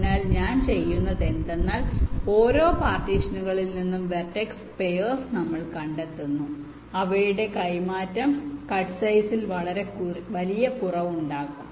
അതിനാൽ ഞാൻ ചെയ്യുന്നതെന്തെന്നാൽ ഓരോ പാർട്ടീഷനുകളിൽ നിന്നും വെർട്ടെക്സ് പെയർസ് നമ്മൾ കണ്ടെത്തുന്നു അവയുടെ കൈമാറ്റം കട്ട് സൈസിൽ വലിയ കുറവുണ്ടാക്കും